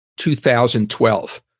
2012